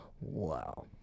Wow